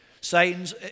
Satan's